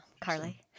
Carly